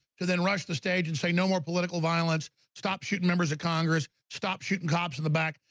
to then rush the stage and say no more political violence. stop shooting members of congress. stop shooting cops in the back.